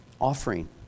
offering